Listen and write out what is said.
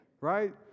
right